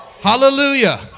Hallelujah